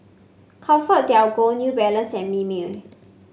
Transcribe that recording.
ComfortDelGro New Balance and Mimeo